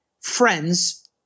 friends